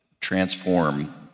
transform